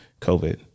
covid